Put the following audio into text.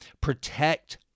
Protect